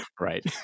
right